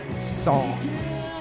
song